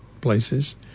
places